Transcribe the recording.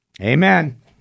Amen